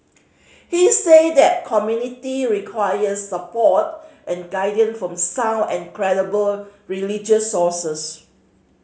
he said that community requires support and guidance from sound and credible religious sources